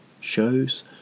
shows